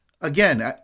again